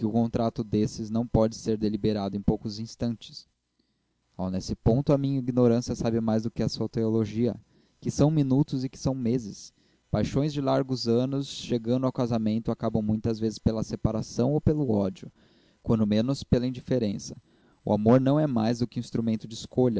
contrato destes não pode ser deliberado em poucos instantes oh nesse ponto a minha ignorância sabe mais do que a sua teologia que são minutos e que são meses paixões de largos anos chegando ao casamento acabam muitas vezes pela separação ou pelo ódio quando menos pela indiferença o amor não é mais que um instrumento de